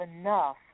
enough